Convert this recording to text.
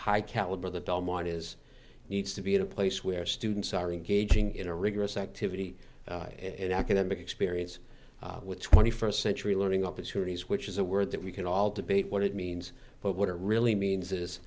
high caliber the dominant is needs to be in a place where students are engaging in a rigorous activity and academic experience with twenty first century learning opportunities which is a word that we can all debate what it means but what it really means is